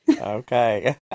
Okay